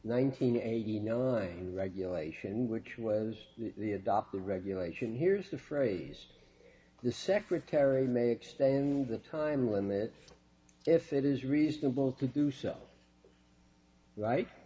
hundred eighty nine regulation which was the adopt the regulation here's the phrase the secretaries may extend the time when that if it is reasonable to do so right